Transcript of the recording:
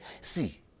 See